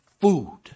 food